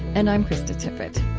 and i'm krista tippett